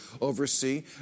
oversee